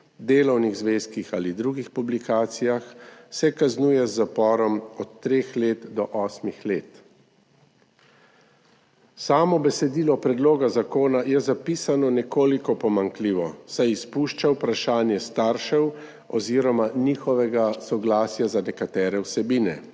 delovnih zvezkih ali drugih publikacijah, se kaznuje z zaporom od treh let do osmih let. Samo besedilo predloga zakona je zapisano nekoliko pomanjkljivo, saj izpušča vprašanje staršev oziroma njihovega soglasja za nekatere vsebine.